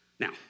Now